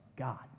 God